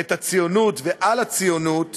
את הציונות ועל הציונות